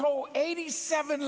told eighty seven